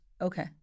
Okay